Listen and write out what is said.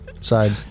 side